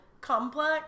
complex